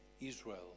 israel